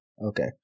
Okay